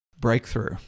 Breakthrough